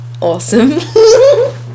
Awesome